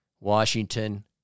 Washington